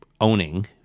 owning